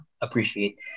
appreciate